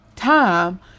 time